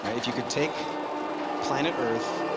if you could take planet earth,